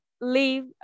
leave